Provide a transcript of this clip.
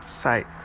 site